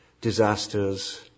disasters